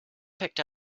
picked